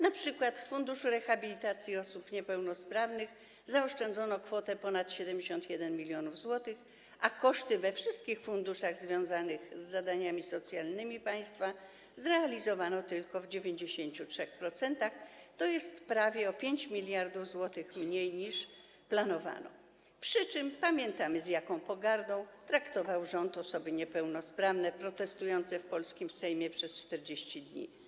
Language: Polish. Na przykład w funduszu rehabilitacji osób niepełnosprawnych zaoszczędzono kwotę ponad 71 mln zł, a koszty we wszystkich funduszach związanych z zadaniami socjalnymi państwa zrealizowano tylko w 93%, tj. prawie o 5 mld zł mniej niż planowano, przy czym pamiętamy, z jaką pogardą rząd traktował osoby niepełnosprawne protestujące w polskim Sejmie przez 40 dni.